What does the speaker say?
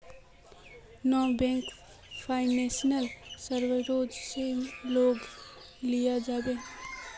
Non banking financial services से loan लिया जाबे?